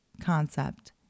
concept